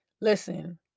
Listen